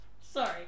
Sorry